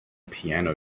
piano